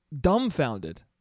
Dumbfounded